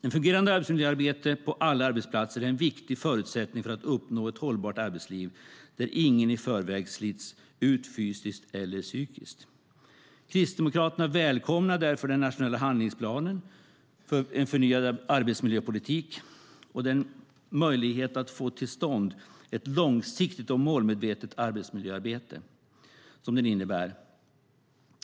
Ett fungerande arbetsmiljöarbete på alla arbetsplatser är en viktig förutsättning för att uppnå ett hållbart arbetsliv där ingen i förväg slits ut fysiskt eller psykiskt. Kristdemokraterna välkomnar därför den nationella handlingsplanen för en förnyad arbetsmiljöpolitik och den möjlighet att få till stånd ett långsiktigt och målmedvetet arbetsmiljöarbete som den innebär.